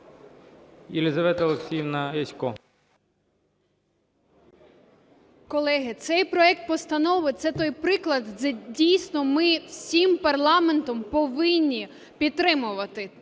Колеги, цей проект постанови – це той приклад, це дійсно ми всім парламентом повинні підтримувати,